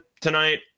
tonight